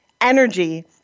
energy